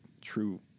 true